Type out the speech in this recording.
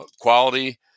quality